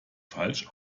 falsch